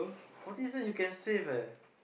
forty cent you can save eh